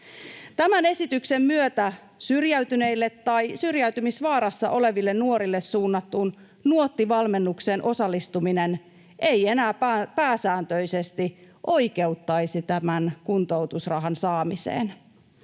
Tämän esityksen myötä syrjäytyneille tai syrjäytymisvaarassa oleville nuorille suunnattuun Nuotti-valmennukseen osallistuminen ei enää pääsääntöisesti oikeuttaisi kuntoutusrahan saamiseen.